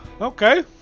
Okay